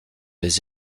les